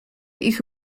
ich